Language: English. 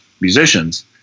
musicians